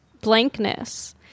blankness